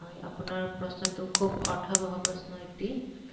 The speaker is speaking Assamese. হয় আপোনাৰ প্ৰশ্নটো খুব অৰ্থৱহ প্ৰশ্ন এটি